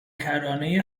کرانه